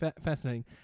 fascinating